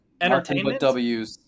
entertainment